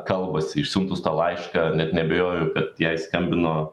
kalbasi išsiuntus tą laišką net neabejoju kad jai skambino